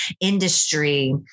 industry